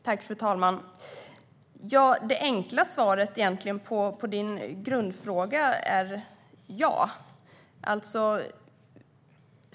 Fru talman! Det enkla svaret på Solveig Zanders grundfråga är ja.